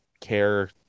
care